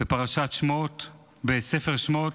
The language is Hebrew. בפרשת שמות בספר שמות: